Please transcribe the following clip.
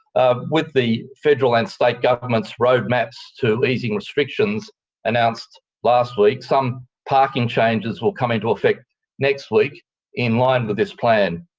um with the federal and state governments' roadmaps to easing restrictions announced last week, some parking changes will come into effect next week in line with this plan.